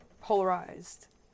polarized